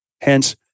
Hence